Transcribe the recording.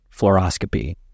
fluoroscopy